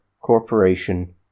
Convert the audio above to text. corporation